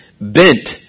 bent